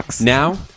now